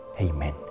Amen